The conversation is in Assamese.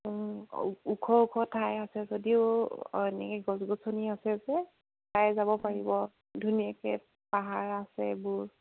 ওখ ওখ ঠাই আছে যদিও এনেকৈ গছ গছনি আছে যে ঠাই যাব পাৰিব ধুনীয়াকৈ পাহাৰ আছে এইবোৰ